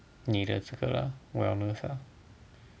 你的这个 lah wellness ah